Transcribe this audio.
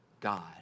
God